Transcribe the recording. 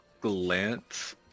glance